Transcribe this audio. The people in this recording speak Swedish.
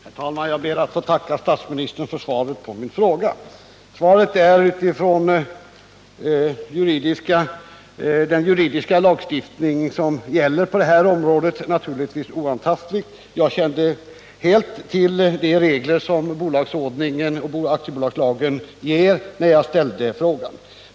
Herr talman! Jag ber att få tacka statsministern för svaret på min fråga. Svaret är naturligtvis oantastligt med tanke på den lagstiftning som gäller på detta område. Jag kände helt till bolagsordningens och aktiebolagslagens regler när jag ställde frågan.